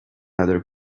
other